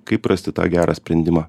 kaip rasti tą gerą sprendimą